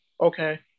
Okay